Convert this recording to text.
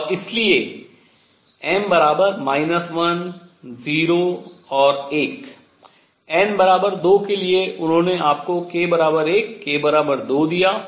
और इसलिए m 1 0 और 1 n 2 के लिए उन्होंने आपको k 1 k 2दिया